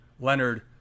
Leonard